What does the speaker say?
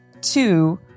Two